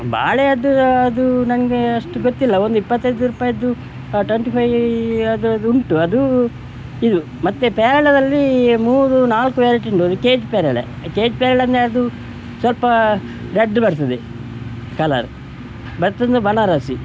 ಬಾಳೆಯದ್ದು ಅದು ನನಗೆ ಅಷ್ಟು ಗೊತ್ತಿಲ್ಲ ಒಂದು ಇಪ್ಪತ್ತೈದು ರೂಪಾಯದ್ದು ಟೊಂಟಿ ಫೈಯ್ ಅದರದ್ದುಂಟು ಅದು ಇದು ಮತ್ತು ಪೇರಲದಲ್ಲಿ ಮೂರು ನಾಲ್ಕು ವೆರೈಟಿ ಉಂಟು ಅದು ಕೇ ಜ್ ಪೇರಲೆ ಕೇ ಜ್ ಪೇರಲೆ ಅಂದರೆ ಅದು ಸ್ವಲ್ಪ ರೆಡ್ ಬರ್ತದೆ ಕಲರ್ ಮತ್ತೊಂದು ಬನಾರಸಿ